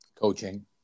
coaching